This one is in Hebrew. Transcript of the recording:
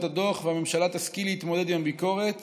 הדוח והממשלה תשכיל להתמודד עם הביקורת